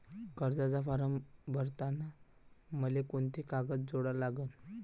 कर्जाचा फारम भरताना मले कोंते कागद जोडा लागन?